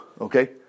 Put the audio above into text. okay